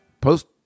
post